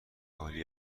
عالی